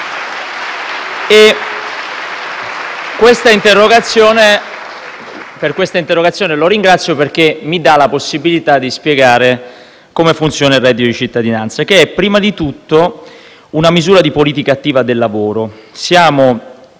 per questa interrogazione, perché mi dà la possibilità di spiegare come funziona il reddito di cittadinanza, che è prima di tutto una misura di politica attiva del lavoro.